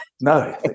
No